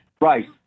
Right